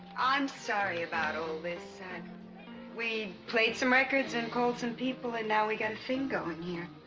i'm sorry about all this and we played some records and cold some people and now we got a thing go in here.